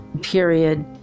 period